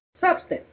substance